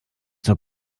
zur